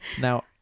now